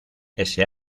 ese